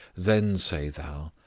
then say thou,